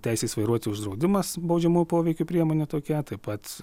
teisės vairuoti uždraudimas baudžiamo poveikio priemonė tokia taip pat